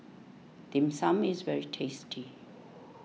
Dim Sum is very tasty